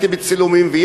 ראיתי בצילומים,